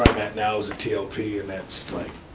now is t o p and that's like,